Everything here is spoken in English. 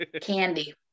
Candy